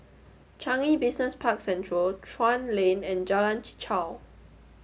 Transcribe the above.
Changi Business Park Central Chuan Lane and Jalan Chichau